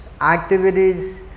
activities